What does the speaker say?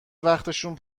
وقتشون